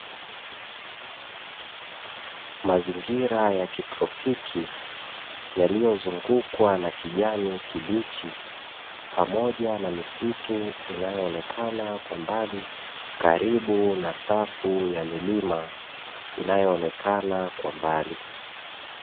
Mazingira ya kitropiki yaliyozungukwa na kijani kibichi pamoja na misitu inayoonekana kwa mbali karibu na safu ya milima inayaoonekana kwa mbali.